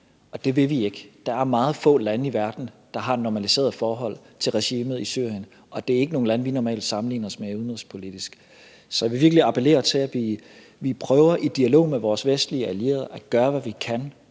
og det vil vi ikke. Der er meget få lande i verden, der har et normaliseret forhold til regimet i Syrien, og det er ikke lande, vi normalt sammenligner os med udenrigspolitisk. Så jeg vil virkelig appellere til, at vi i dialog med vores vestlige allierede prøver at gøre, hvad vi kan,